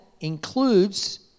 includes